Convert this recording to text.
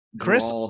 Chris